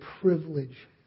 privilege